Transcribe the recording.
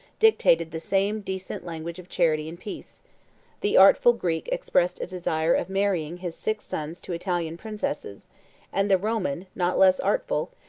dictated the same decent language of charity and peace the artful greek expressed a desire of marrying his six sons to italian princesses and the roman, not less artful,